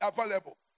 available